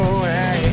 away